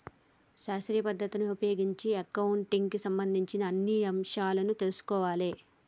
శాస్త్రీయ పద్ధతిని ఉపయోగించి అకౌంటింగ్ కి సంబంధించిన అన్ని అంశాలను తెల్సుకోవాలే